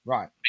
Right